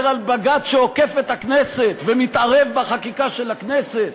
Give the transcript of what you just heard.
על בג"ץ שעוקף את הכנסת ומתערב בחקיקה של הכנסת,